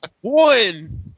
One